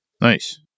Nice